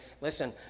Listen